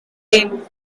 lane